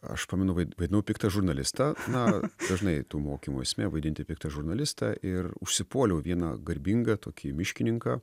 aš pamenu vai vaidinau piktą žurnalistą na dažnai tų mokymų esmė vaidinti piktą žurnalistą ir užsipuoliau vieną garbingą tokį miškininką